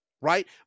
right